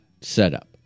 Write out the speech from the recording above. setup